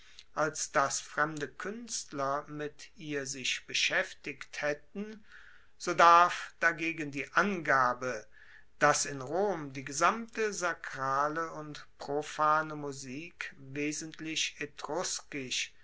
als dass fremde kuenstler mit ihr sich beschaeftigt haetten so darf dagegen die angabe dass in rom die gesamte sakrale und profane musik wesentlich